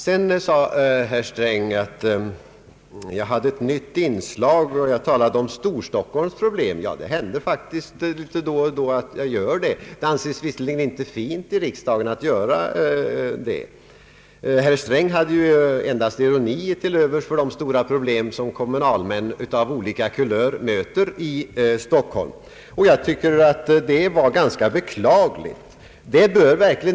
Herr Sträng påstod att jag kom med ett nytt inslag och talade om Storstockholms problem. Det händer då och då att jag gör det även om det inte anses fint i riksdagen. Herr Sträng hade ju endast ironi till övers för de stora problem som kommunalmän av olika kulör möter i Storstockholm. Jag tycker att det var ganska beklagligt.